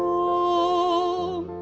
oh